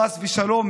חס ושלום,